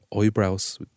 eyebrows